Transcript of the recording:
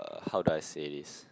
how do I say this